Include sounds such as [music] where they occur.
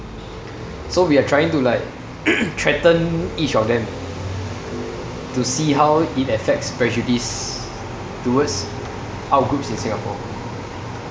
so we are trying to like [coughs] threaten each of them to see how it affects prejudice towards outgroups in singapore